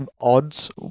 odds